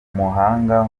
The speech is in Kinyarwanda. umuhanga